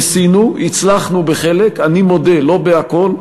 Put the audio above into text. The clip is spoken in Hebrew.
ניסינו, הצלחנו בחלק, אני מודה, לא בכול,